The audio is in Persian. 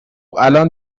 الان